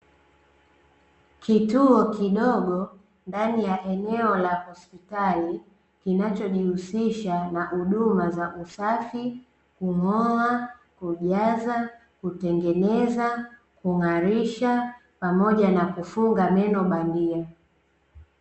Kituo kidogo ndani ya eneo la hospitali kinachojihusisha na huduma za usafi, kung'oa, kujaza, kutengeneza, kung'arisha, pamoja na kufunga meno bandia.